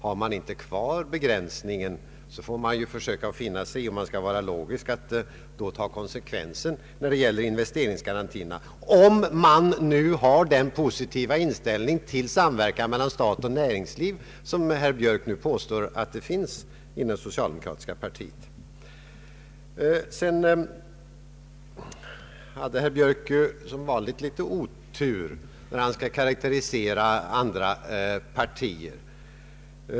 Har man inte kvar denna bestämning får man, om man skall vara logisk, finna sig i att ta konsekvensen när det gäller investeringsgarantierna — om man nu har den positiva inställning till samverkan mellan stat och näringsliv som herr Björk påstår finns inom socialdemokratiska partiet. Herr Björk hade som vanligt litet otur när han skulle karakterisera andra partier.